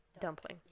Dumpling